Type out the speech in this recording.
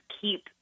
keep